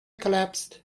collapsed